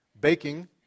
baking